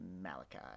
Malachi